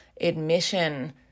admission